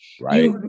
right